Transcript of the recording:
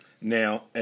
Now